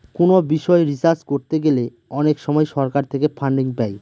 কোনো বিষয় রিসার্চ করতে গেলে অনেক সময় সরকার থেকে ফান্ডিং পাই